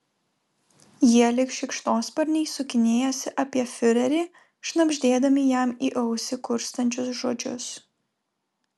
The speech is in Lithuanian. jie lyg šikšnosparniai sukinėjasi apie fiurerį šnabždėdami jam į ausį kurstančius žodžius